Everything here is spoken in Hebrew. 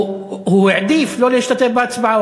הוא העדיף לא להשתתף בהצבעה.